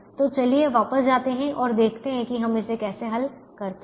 तो चलिए वापस जाते हैं और देखते हैं कि हम इसे कैसे हल करते हैं